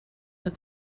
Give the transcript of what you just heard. that